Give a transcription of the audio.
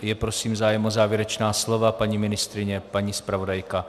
Je prosím zájem o závěrečná slova paní ministryně, paní zpravodajka?